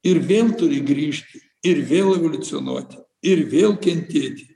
ir vėl turi grįžti ir vėl evoliucionuoti ir vėl kentėti